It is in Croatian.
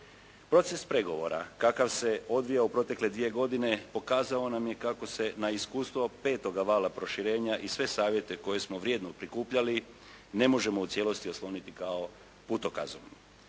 Proces pregovora kakav se odvija u protekle dvije godine pokazao nam je kako se na iskustvo petoga vala proširenja i sve savjete koje smo vrijedno prikupljali ne možemo u cijelosti osloniti kao putokazom.